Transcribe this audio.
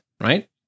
right